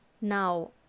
Now